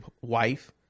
wife